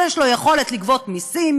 יש לו יכולת לגבות מסים,